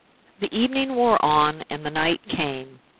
the evening wore on, and the night came.